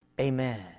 amen